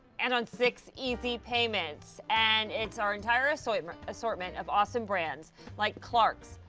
and on six easy payments, and it's our entire assortment assortment of awesome brands like clarks,